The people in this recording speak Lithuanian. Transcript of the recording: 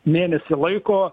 mėnesį laiko